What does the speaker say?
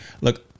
Look